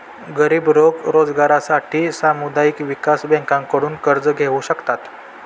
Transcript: गरीब लोक रोजगारासाठी सामुदायिक विकास बँकांकडून कर्ज घेऊ शकतात